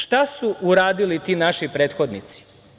Šta su uradili ti naši prethodnici?